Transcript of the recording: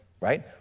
right